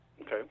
Okay